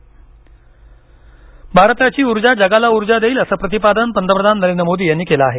मोदी तेल भारताची ऊर्जा जगाला उर्जा देईल असं प्रतिपादन पंतप्रधान नरेंद्र मोदी यांनी केलं आहे